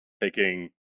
taking